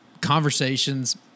conversations